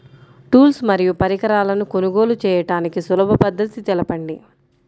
Tools మరియు పరికరాలను కొనుగోలు చేయడానికి సులభ పద్దతి తెలపండి?